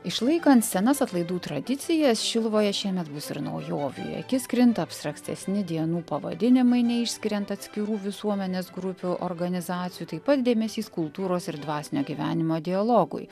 išlaikant senas atlaidų tradicijas šiluvoje šiemet bus ir naujovių į akis krinta abstraktesni dienų pavadinimai neišskiriant atskirų visuomenės grupių organizacijų taip pat dėmesys kultūros ir dvasinio gyvenimo dialogui